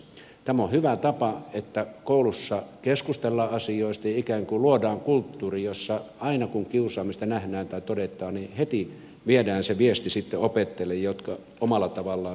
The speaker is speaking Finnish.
tämä on hyvä tapa että koulussa keskustellaan asioista ja ikään kuin luodaan kulttuuri jossa aina kun kiusaamista nähdään tai todetaan heti viedään se viesti sitten opettajille jotka omalla tavallaan puuttuvat asiaan